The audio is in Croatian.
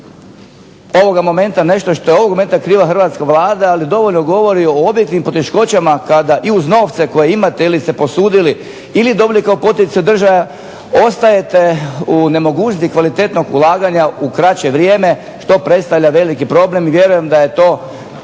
ovoga momenta nešto što je ovog momenta kriva hrvatska Vlada, ali dovoljno govori o objektivnim poteškoćama kada i uz novce koje imate ili ste posudili ili dobili kao poticaj od države ostajete u nemogućnosti kvalitetnog ulaganja u kraće vrijeme što predstavlja veliki problem. I vjerujem da je to